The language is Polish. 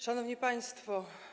Szanowni Państwo!